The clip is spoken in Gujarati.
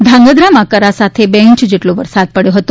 ધ્રાંગધ્રામાં કરા સાથે બે ઇંચ વરસાદ પડ્યો હતો